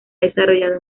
desarrollado